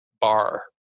bar